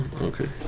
Okay